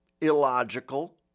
illogical